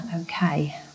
okay